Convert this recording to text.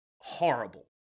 horrible